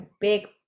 big